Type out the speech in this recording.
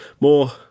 more